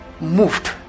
moved